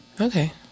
Okay